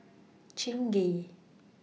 Chingay